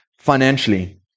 financially